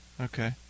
okay